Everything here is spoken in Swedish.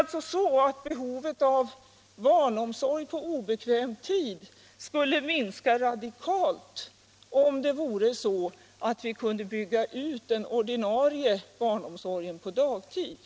Behovet av barnomsorg på obekväm tid skulle minska radikalt om vi kunde bygga ut den ordinarie barnomsorgen på dagtid.